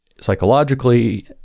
psychologically